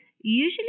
Usually